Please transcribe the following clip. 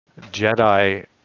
Jedi